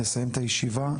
לסיים את הישיבה,